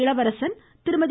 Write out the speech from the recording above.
இளவரசன் திருமதி